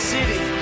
City